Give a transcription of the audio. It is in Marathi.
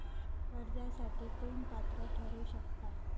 कर्जासाठी कोण पात्र ठरु शकता?